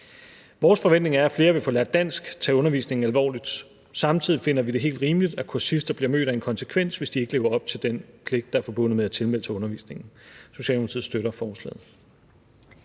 Vores forventning er, at flere vil få lært dansk og tage undervisningen alvorligt. Samtidig finder vi det helt rimeligt, at kursister bliver mødt af en konsekvens, hvis de ikke lever op til den pligt, der er forbundet med at tilmelde sig undervisningen. Socialdemokratiet støtter forslaget.